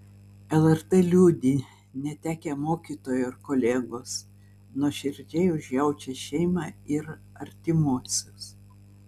lrt liūdi netekę mokytojo ir kolegos nuoširdžiai užjaučia šeimą ir artimuosius